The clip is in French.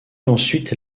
ensuite